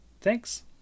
Thanks